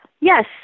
Yes